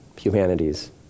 humanities